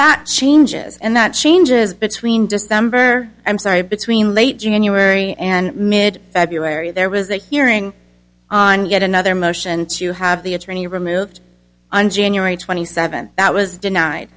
that changes and that changes between december i'm sorry between late january and mid february there was a hearing on yet another motion to have the attorney removed on january twenty seventh that was denied